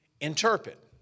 interpret